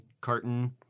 carton